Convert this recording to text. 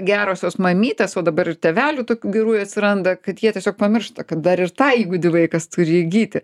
gerosios mamytės o dabar ir tėvelių tokių gerųjų atsiranda kad jie tiesiog pamiršta kad dar ir tą įgūdį vaikas turi įgyti